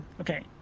Okay